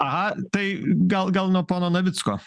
aha tai gal gal nuo pono navicko